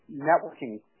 networking